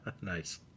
Nice